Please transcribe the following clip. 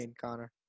Connor